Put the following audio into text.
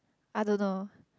I don't know